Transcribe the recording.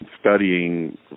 Studying